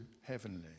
heavenly